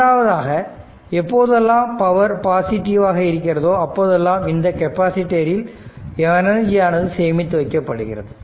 இரண்டாவதாக எப்போதெல்லாம் பவர் பாசிட்டிவாக இருக்கிறதோ அப்போதெல்லாம் இந்த கெப்பாசிட்டர் இல் எனர்ஜியானது சேமித்து வைக்கப்படுகிறது